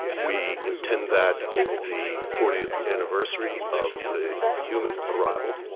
we intend that in the fortieth anniversary of the human arrival,